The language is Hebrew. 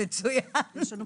נמצא גם